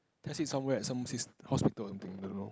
test it somewhere at some sys~ hospital or something don't know